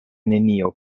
nenio